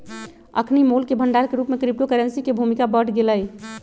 अखनि मोल के भंडार के रूप में क्रिप्टो करेंसी के भूमिका बढ़ गेलइ